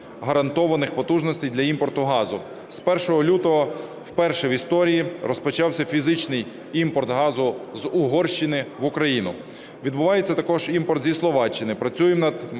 гарантованих потужностей для імпорту газу. З 1 лютого вперше в історії розпочався фізичний імпорт газу з Угорщини в Україну. Відбувається також імпорт зі Словаччини.